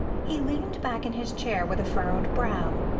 he leaned back in his chair with a furrowed brow.